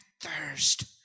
thirst